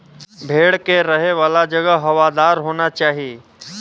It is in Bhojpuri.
भेड़ के रहे वाला जगह हवादार होना चाही